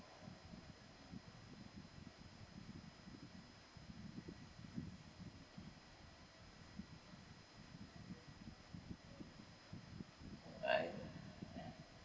I